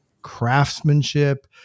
craftsmanship